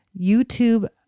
YouTube